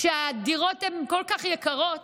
כשהדירות כל כך יקרות,